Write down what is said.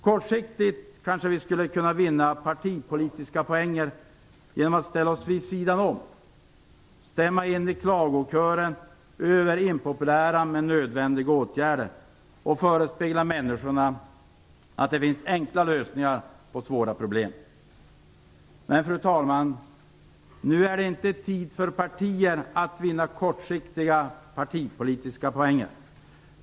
Kortsiktigt kanske vi skulle kunna vinna partipolitiska poänger genom att ställa oss vid sidan och stämma in i klagokören över impopulära men nödvändiga åtgärder och förespegla människor att det finns enkla lösningar på svåra problem. Men, fru talman, nu är det inte tid för partier att vinna kortsiktiga partipolitiska poänger.